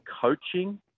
coaching